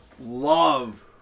Love